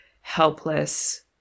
helpless